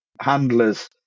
handlers